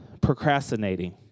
procrastinating